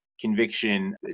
conviction